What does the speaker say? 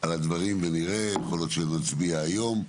הדברים ויכול להיות שנצביע היום.